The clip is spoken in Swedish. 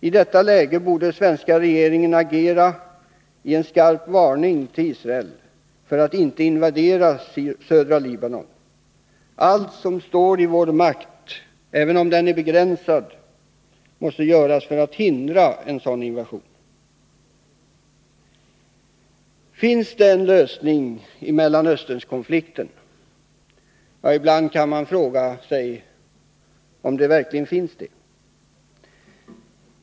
I detta läge borde den svenska regeringen agera genom en skarp varning till Israel att inte invadera södra Libanon. Allt som står i vår makt — även om den är begränsad — måste göras för att hindra en sådan invasion. Finns det en lösning på Mellanösternkonflikten? Ja, ibland kan man fråga sig om det verkligen finns det.